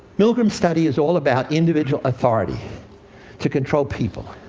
milgram's study is all about individual authority to control people.